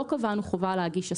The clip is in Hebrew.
לא קבענו חובה להגיש השגה.